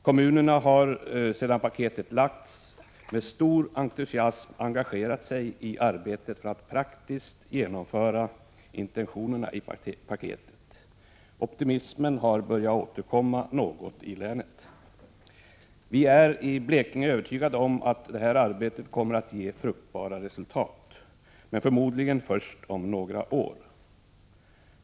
Kommunerna har sedan paketet presenterades med stor entusiasm engagerat sig i arbetet för att praktiskt genomföra intentionerna i paketet. Optimismen har börjat återkomma något i länet. Vi är i Blekinge övertygade om att detta arbete kommer att ge fruktbara resultat, men förmodligen först om några år.